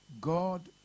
God